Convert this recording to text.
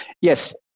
yes